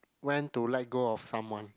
when to let go of someone